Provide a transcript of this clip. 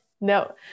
no